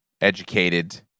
educated